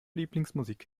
lieblingsmusik